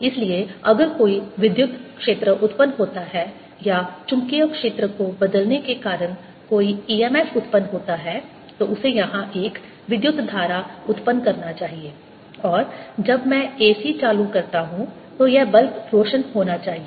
इसलिए अगर कोई विद्युत क्षेत्र उत्पन्न होता है या चुंबकीय क्षेत्र को बदलने के कारण कोई EMF उत्पन्न होता है तो उसे यहां एक विद्युत धारा उत्पन्न करना चाहिए और जब मैं AC चालू करता हूं तो यह बल्ब रोशन होना चाहिए